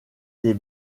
des